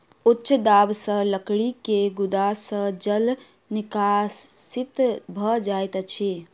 उच्च दाब सॅ लकड़ी के गुद्दा सॅ जल निष्कासित भ जाइत अछि